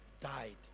died